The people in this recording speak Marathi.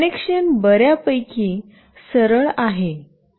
कनेक्शन बर्यापैकी सरळ आहे